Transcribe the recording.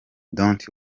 don’t